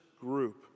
group